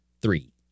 three